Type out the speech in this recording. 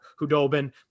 Hudobin